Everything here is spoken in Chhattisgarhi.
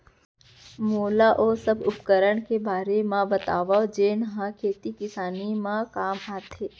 मोला ओ सब उपकरण के बारे म बतावव जेन ह खेती किसानी म काम आथे?